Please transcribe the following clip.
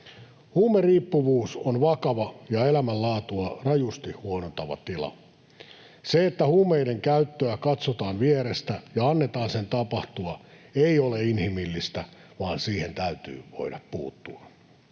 Huumeriippuvuus on vakava ja elämänlaatua rajusti huonontava tila. Se, että huumeiden käyttöä katsotaan vierestä ja annetaan sen tapahtua, ei ole inhimillistä, vaan siihen täytyy voida puuttua.